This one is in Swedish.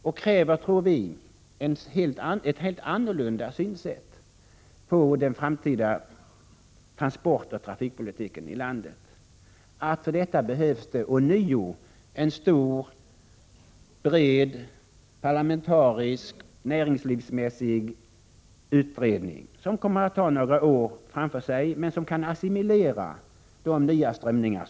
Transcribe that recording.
Vi tror därför att det krävs ett annorlunda synsätt än det hittillsvarande på den framtida transportoch trafikpolitiken i landet. Därför behövs ånyo en stor bred parlamentarisk och näringslivsanknuten utredning, som kommer att ta några år men som kan assimilera nya strömningar.